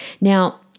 Now